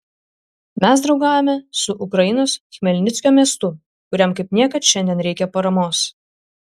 mes draugaujame su ukrainos chmelnickio miestu kuriam kaip niekad šiandien reikia paramos